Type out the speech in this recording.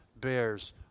bears